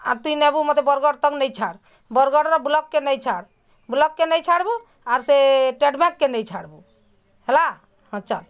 ଆର୍ ତୁଇ ନେବୁ ମୋତେ ବରଗଡ଼ ତକ୍ ନେଇ ଛାଡ଼୍ ବରଗଡ଼ର ବ୍ଲକ୍ କେ ନେଇ ଛାଡ଼୍ ବ୍ଲକ୍ କେ ନେଇଁ ଛାଡ଼୍ବୁ ଆର୍ ସେ ଷ୍ଟେଟ୍ ବ୍ୟାଙ୍କ୍ କେ ନେଇଁ ଛାଡ଼୍ବୁ ହେଲା ହଁ ଚାଲ୍